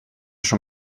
schon